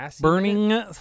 burning